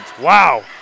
Wow